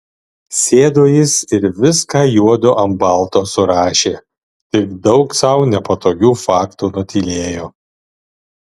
sėdo jis ir viską juodu ant balto surašė tik daug sau nepatogių faktų nutylėjo